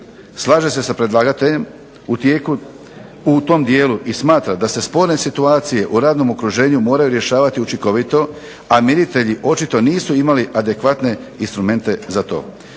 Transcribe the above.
slaže se sa predlagateljem u tom dijelu i smatra da se sporne situacije o radnom okruženju moraju rješavati učinkovito, a miritelji očito nisu imali adekvatne instrumente za to.